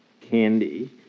candy